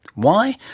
why?